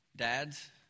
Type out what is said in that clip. Dads